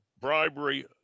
bribery